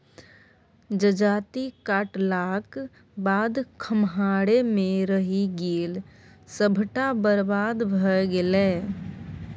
जजाति काटलाक बाद खम्हारे मे रहि गेल सभटा बरबाद भए गेलै